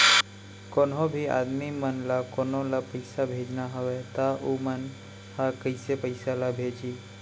कोन्हों भी आदमी मन ला कोनो ला पइसा भेजना हवय त उ मन ह कइसे पइसा ला भेजही?